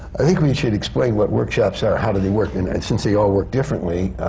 i think we should explain what workshops are, how do they work? and since they all work differently,